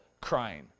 crying